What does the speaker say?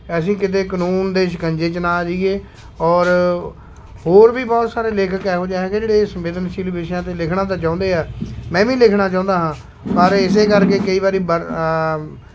ਅਸੀਂ ਕਿਤੇ ਕਨੂੰਨ ਦੇ ਸ਼ਿਕੰਜੇ 'ਚ ਨਾ ਆ ਜਾਈਏ ਔਰ ਹੋਰ ਵੀ ਬਹੁਤ ਸਾਰੇ ਲੇਖਕ ਇਹੋ ਜਿਹੇ ਹੈਗੇ ਜਿਹੜੇ ਸੰਵੇਦਨਸ਼ੀਲ ਵਿਸ਼ਿਆਂ 'ਤੇ ਲਿਖਣਾ ਤਾਂ ਚਾਹੁੰਦੇ ਹੈ ਮੈਂ ਵੀ ਲਿਖਣਾ ਚਾਹੁੰਦਾ ਹਾਂ ਪਰ ਇਸੇ ਕਰਕੇ ਕਈ ਵਾਰੀ